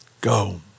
Go